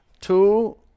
Two